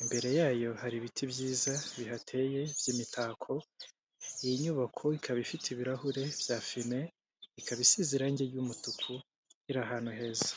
imbere yayo hari ibiti byiza bihateye by'imitako, iyi nyubako ikaba ifite ibirahure bya fime ikaba isize irangi ry'umutuku iri ahantu heza.